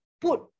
put